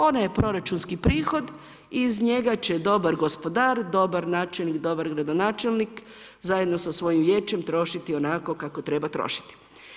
Ona je proračunski prihod i iz njega će dobar gospodar, dobar načelnik, dobar gradonačelnik zajedno sa svojim vijećem trošiti onako kako treba trošiti.